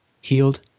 healed